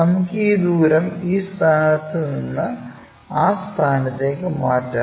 നമുക്ക് ഈ ദൂരം ഈ സ്ഥാനത്ത് നിന്ന് ആ സ്ഥാനത്തേക്ക് മാറ്റം